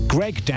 Greg